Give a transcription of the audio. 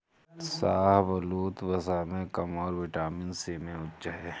शाहबलूत, वसा में कम और विटामिन सी में उच्च है